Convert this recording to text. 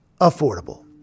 affordable